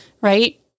Right